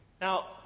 Now